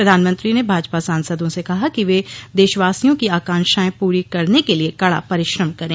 प्रधानमंत्री ने भाजपा सांसदों से कहा कि वे देशवांसियों की आकांक्षाएं पूरी करने के लिए कड़ा परिश्रम करें